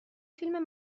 فیلم